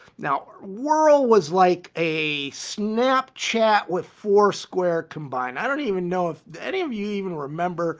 now world was like a snap chat with foursquare combined. i don't even know if any of you even remember